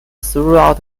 throughout